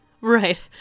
Right